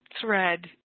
thread